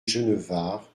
genevard